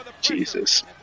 Jesus